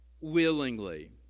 willingly